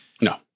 No